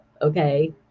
okay